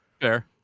Fair